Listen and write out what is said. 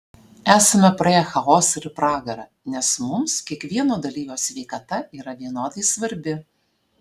esame praėję chaosą ir pragarą nes mums kiekvieno dalyvio sveikata yra vienodai svarbi